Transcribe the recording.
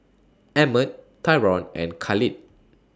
Emmet Tyron and Khalid